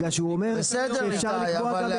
בגלל שהוא אומר שאפשר לקבוע גם את היקף המכסה שתקבל פיצוי.